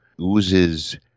Oozes